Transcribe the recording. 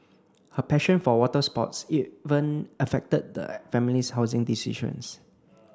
her passion for water sports even affected the family's housing decisions